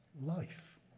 life